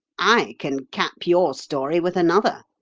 i can cap your story with another,